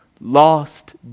lost